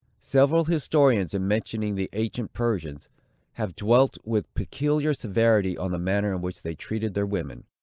several historians, in mentioning the ancient persians have dwelt with peculiar severity on the manner in which they treated their women.